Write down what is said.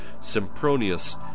Sempronius